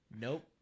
nope